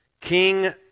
King